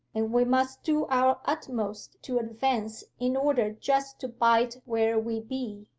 and we must do our utmost to advance in order just to bide where we be.